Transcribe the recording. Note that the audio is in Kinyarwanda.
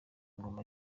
ngoma